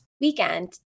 weekend